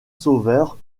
sauveur